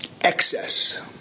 excess